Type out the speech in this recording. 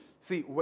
See